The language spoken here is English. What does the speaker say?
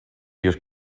your